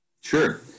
Sure